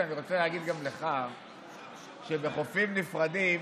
אני רוצה להגיד לך שבחופים נפרדים